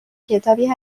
کتابی